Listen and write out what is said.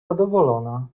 zadowolona